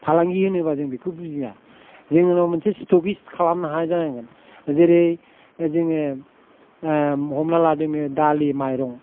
फालांगि होनोबा जों बेखौ बुजिया जोंनाव मोनसे स्थकिस्त खालामनो हानाय जानांगोन जेरै जोङो हमना लादो नों दालि माइरं